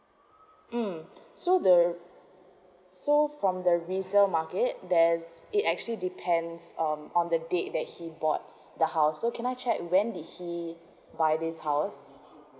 um so the so from the resale market there's it actually depends um on the date that he bought the house so can I check when did he buy this house